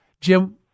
Jim